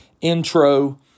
intro